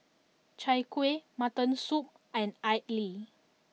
Chai Kuih Mutton Soup and Idly